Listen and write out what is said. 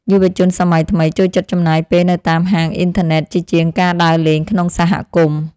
យុវជនសម័យថ្មីចូលចិត្តចំណាយពេលនៅតាមហាងអ៊ីនធឺណិតជាជាងការដើរលេងក្នុងសហគមន៍។